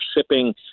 shipping